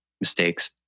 mistakes